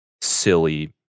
silly